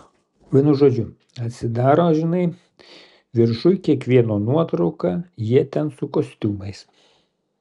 vienu žodžiu atsidaro žinai viršuj kiekvieno nuotrauka jie ten su kostiumais